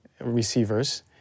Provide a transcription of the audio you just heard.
receivers